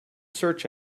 search